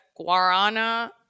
guarana